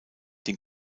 den